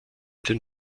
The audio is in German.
den